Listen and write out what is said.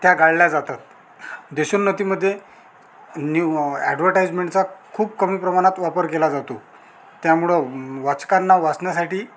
त्या गाळल्या जातात देशोन्नतीमध्ये न्यू ॲड्वर्टाइजमेण्टचा खूप कमी प्रमाणात वापर केला जातो त्यामुळं व वाचकांना वाचण्यासाठी